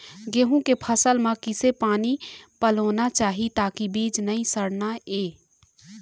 गेहूं के फसल म किसे पानी पलोना चाही ताकि बीज नई सड़ना ये?